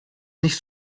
nicht